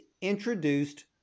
introduced